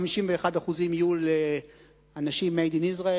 ו-51% יהיו לאנשים made in Israel,